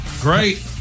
Great